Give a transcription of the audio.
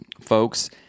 folks